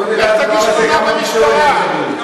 בוא נראה על הדבר הזה כמה תקשורת הם מקבלים.